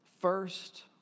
First